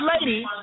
lady